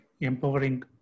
empowering